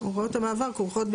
הוראות המעבר כרוכות,